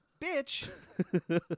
bitch